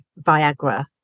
Viagra